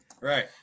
Right